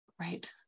Right